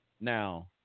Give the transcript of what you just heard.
Now